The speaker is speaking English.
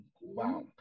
Wow